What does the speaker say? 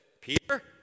Peter